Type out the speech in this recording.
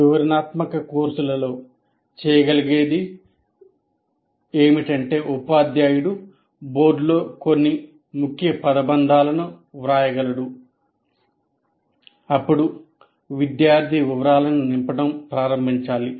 వివరణాత్మక కోర్సులలోవ్రాయగలడు అప్పుడు విద్యార్థి వివరాలను నింపడం ప్రారంభించాలి